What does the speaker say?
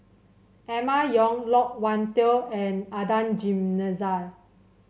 Emma Yong Loke Wan Tho and Adan Jimenez